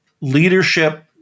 leadership